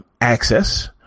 access